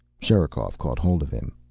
sherikov caught hold of him.